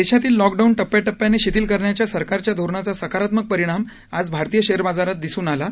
देशातील लॉकडाऊन टप्प्याटप्प्याने शिथिल करण्याच्या सरकारच्या धोरणाचा सकारात्मक परिणाम आज भारतीय शेअर बाजारात दिसून येत आहे